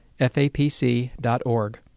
fapc.org